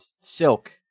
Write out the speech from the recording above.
silk